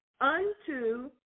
unto